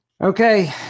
Okay